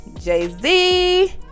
Jay-Z